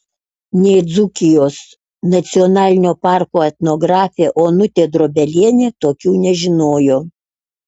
nė dzūkijos nacionalinio parko etnografė onutė drobelienė tokių nežinojo